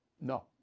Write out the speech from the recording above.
No